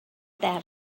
that